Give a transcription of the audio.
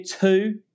two